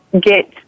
get